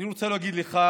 אני רוצה להגיד לך